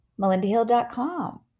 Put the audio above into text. melindahill.com